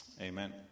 Amen